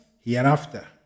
hereafter